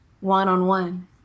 one-on-one